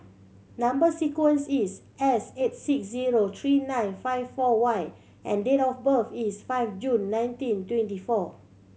number sequence is S eight six zero three nine five four Y and date of birth is five June nineteen twenty four